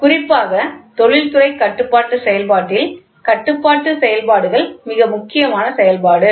குறிப்பாக தொழில்துறை கட்டுப்பாட்டு செயல்பாட்டில் கட்டுப்பாட்டு செயல்பாடுகள் மிக முக்கியமான செயல்பாடு